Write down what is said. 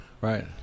Right